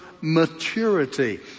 maturity